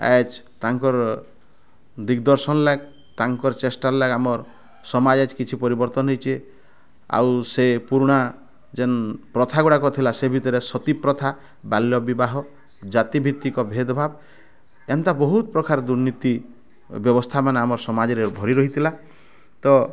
ଆଏଜ୍ ତାଙ୍କର ଦିଗଦର୍ଶନ୍ ଲାଗି ତାଙ୍କର୍ ଚେଷ୍ଟାର୍ ଲାଗି ଆମର ସମାଜ୍ ଆଏଜ୍ କିଛି ପରିବର୍ତ୍ତନ୍ ହେଇଛେ ଆଉ ସେ ପୁରୁଣା ଯେନ୍ ପ୍ରଥା ଗୁଡ଼ାକ ଥିଲା ସେ ଭିତ୍ରେ ସତୀ ପ୍ରଥା ବାଲ୍ୟ ବିବାହ ଜାତିଭିତ୍ତିକ ଭେଦ୍ଭାବ୍ ଏନ୍ତା ବହୁତ୍ ପ୍ରକାର ଦୁର୍ନୀତି ବ୍ୟବସ୍ଥାମାନେ ଆମର୍ ସମାଜ୍ରେ ଭରି ରହିଥିଲା ତ